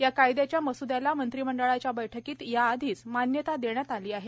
या कायद्याच्या मसूद्याला मंत्रिमंडळाच्या बैठकीत याआधीच मान्यता देण्यात आली आहे